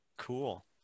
Cool